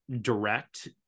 direct